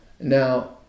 Now